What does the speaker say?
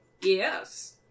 Yes